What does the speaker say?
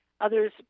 Others